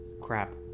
Crap